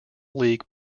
league